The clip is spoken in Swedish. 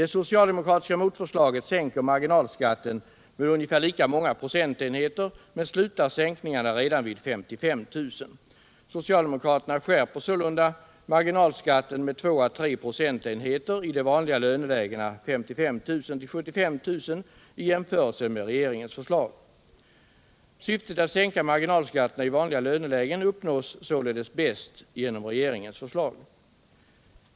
Det socialdemokratiska motförslaget sänker marginalskatten med ungefär lika många procentenheter men slutar sänkningarna redan vid 55 000 kr. Socialdemokraterna skärper således marginalskatten med 2 å 3 procentenheter i de vanliga lönelägena 55 000-75 000 kr. i jämförelse med regeringens förslag.